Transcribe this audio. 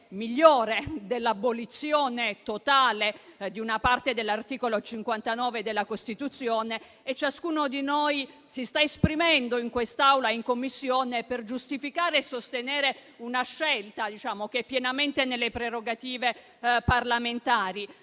migliore dell'abolizione totale di una parte dell'articolo 59 della Costituzione. E ciascuno di noi si sta esprimendo, in quest'Aula e in Commissione, per giustificare e sostenere una scelta che rientra pienamente nelle prerogative parlamentari.